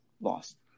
Lost